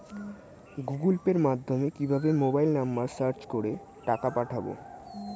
Google পের মাধ্যমে কিভাবে মোবাইল নাম্বার সার্চ করে টাকা পাঠাবো?